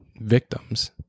victims